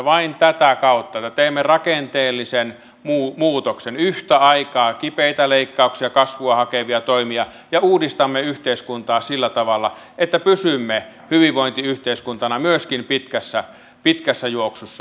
vain tätä kautta että teemme rakenteellisen muutoksen yhtä aikaa kipeitä leikkauksia ja kasvua hakevia toimia ja uudistamme yhteiskuntaa sillä tavalla että pysymme hyvinvointiyhteiskuntana myöskin pitkässä juoksussa